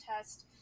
test